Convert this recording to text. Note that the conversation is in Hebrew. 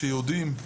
שיודעים,